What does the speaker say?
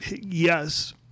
yes